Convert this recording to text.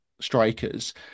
strikers